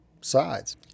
sides